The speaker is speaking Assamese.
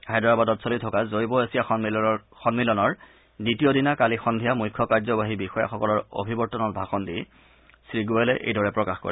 হায়দৰাবাদত চলি থকা জৈৱ এছিয়া সম্মিলনৰ দ্বিতীয় দিনা কালি সদ্ধিয়া মুখ্য কাৰ্যবাহী বিষয়াসকলৰ অভিৱৰ্তনত ভাষণ দি শ্ৰীগোৱেলে এইদৰে প্ৰকাশ কৰে